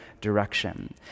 direction